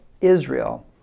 Israel